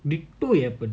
டிட்டோ:dittoo happened